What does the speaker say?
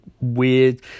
weird